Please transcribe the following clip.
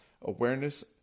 awareness